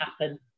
happen